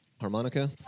harmonica